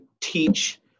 teach